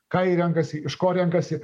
ką ji renkasi iš ko renkasi